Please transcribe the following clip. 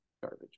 garbage